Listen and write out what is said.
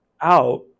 out